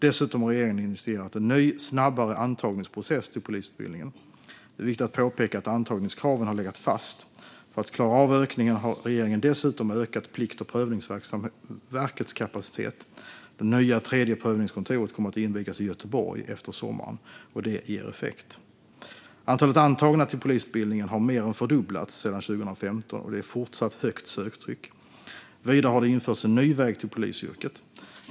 Dessutom har regeringen initierat en ny, snabbare antagningsprocess till polisutbildningen. Det är viktigt att påpeka att antagningskraven har legat fast. För att klara av ökningen har regeringen dessutom ökat Plikt och prövningsverkets kapacitet. Det nya tredje prövningskontoret kommer att invigas i Göteborg efter sommaren. Detta ger effekt. Antalet antagna till polisutbildningen har mer än fördubblats sedan 2015, och det är fortsatt högt söktryck. Vidare har det införts en ny väg till polisyrket.